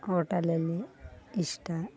ಹೋಟೆಲಲ್ಲಿ ಇಷ್ಟ